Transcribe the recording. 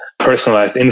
personalized